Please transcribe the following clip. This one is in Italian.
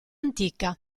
antica